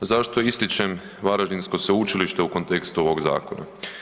Zašto ističem varaždinsko sveučilište u kontekstu ovog zakona?